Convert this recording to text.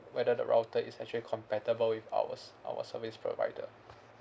whether the router is actually compatible with ours our service provider